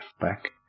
back